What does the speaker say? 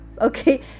Okay